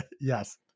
Yes